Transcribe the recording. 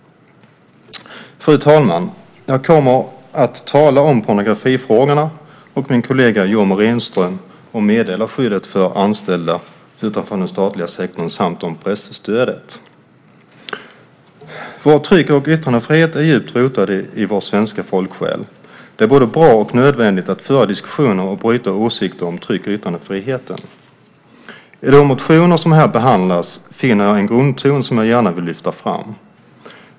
Fru talman! Jag kommer att tala om pornografifrågorna och min kollega Yoomi Renström om meddelarskyddet för anställda utanför den statliga sektorn samt om presstödet. Vår tryck och yttrandefrihet är djupt rotad i vår svenska folksjäl. Det är både bra och nödvändigt att föra diskussioner och bryta åsikter om tryck och yttrandefriheten. I de motioner som här behandlas finner jag en grundton som jag gärna vill lyfta fram.